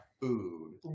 food